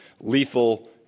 lethal